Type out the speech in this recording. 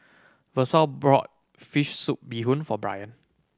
Versa brought fish soup bee hoon for Brian